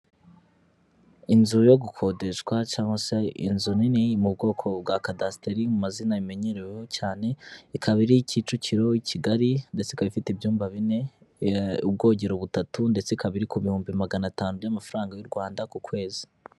Inzu yo gukodeshwa cyangwa se inzu nini mu bwoko bwa kadasiteri mu mazina imenyereweho cyane, ikaba iri Kicukiro, Kigali ndetse ikaba ifite ibyumba bine, ubwogero butatu ndetse ikaba iri ku bihumbi magana atanu by'amafaranga y'u Rwanda ku kwezi.